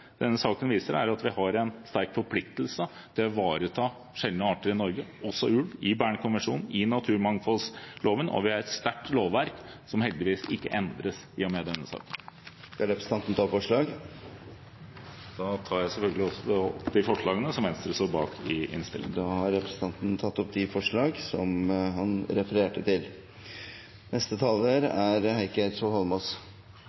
denne saken viser at vi har en sterk forpliktelse til å ivareta sjeldne arter i Norge, også ulv, i Bern-konvensjonen, i naturmangfoldloven, og vi har et sterkt lovverk, som heldigvis ikke endres i og med denne saken. Jeg tar opp Venstres forslag. Representanten Ola Elvestuen har tatt opp forslaget han refererte til.